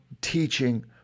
teaching